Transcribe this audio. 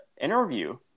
interview